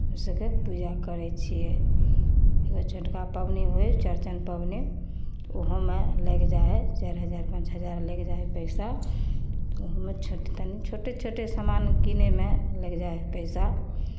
ओ सभके पूजा करै छियै एगो छोटका पाबनि होइ हइ चौरचन पाबनि ओहोमे लागि जाइ हइ चारि हजार पाँच हजार लागि जाइ हइ पैसा ओहोमे छोट तनि छोटे छोटे सामान कीनयमे लागि जाइ हइ पैसा